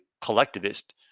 collectivist